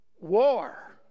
war